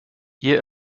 ihr